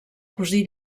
cosí